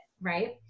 right